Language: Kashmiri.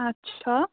اَچھا